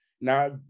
Now